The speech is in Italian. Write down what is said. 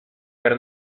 per